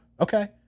okay